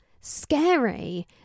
scary